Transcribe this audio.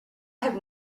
have